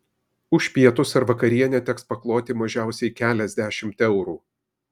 už pietus ar vakarienę teks pakloti mažiausiai keliasdešimt eurų